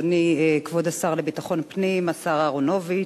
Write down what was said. אדוני כבוד השר לביטחון פנים השר אהרונוביץ,